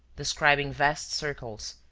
describing vast circles,